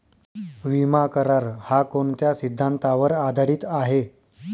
विमा करार, हा कोणत्या सिद्धांतावर आधारीत आहे?